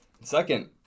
Second